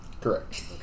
Correct